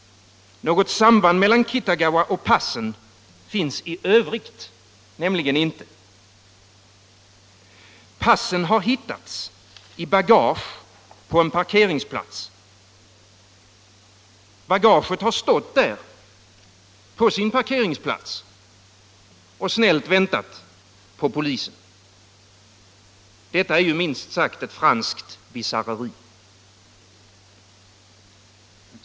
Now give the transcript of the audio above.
Något samband mellan Kitagawa och passen finns i övrigt inte. Passen har hittats i bagage på en parkeringsplats. Bagaget har stått där — på sin parkeringsplats — och snällt väntat på polisen. Detta är ju minst sagt ett franskt bisarrerie.